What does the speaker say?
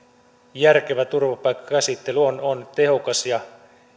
järkevä turvapaikkakäsittely on on tehokas ja